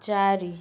ଚାରି